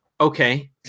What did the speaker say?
okay